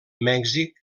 mèxic